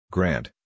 Grant